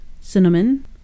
cinnamon